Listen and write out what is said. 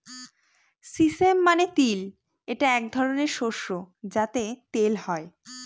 sesame মানে তিল এটা এক ধরনের শস্য যাতে তেল হয়